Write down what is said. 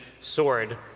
sword